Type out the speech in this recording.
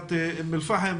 בעיריית אום אל פאחם,